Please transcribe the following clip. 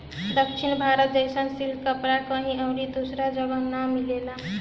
दक्षिण भारत जइसन सिल्क कपड़ा कहीं अउरी दूसरा जगही नाइ मिलेला